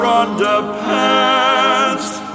underpants